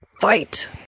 fight